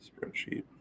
spreadsheet